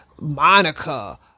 Monica